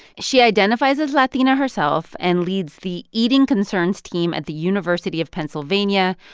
she identifies as latina herself and leads the eating concerns team at the university of pennsylvania,